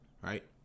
right